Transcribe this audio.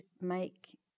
make